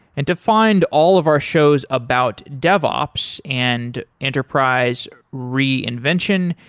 and to find all of our shows about dev ops and enterprise reinvention,